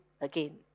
again